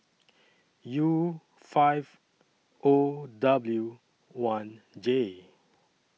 U five O W one J